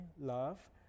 love